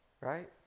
right